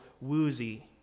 woozy